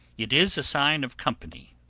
it is a sign of company.